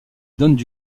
donnent